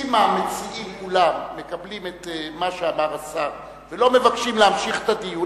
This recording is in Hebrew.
אם המציעים כולם מקבלים את מה שאמר השר ולא מבקשים להמשיך את הדיון,